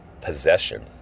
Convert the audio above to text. possession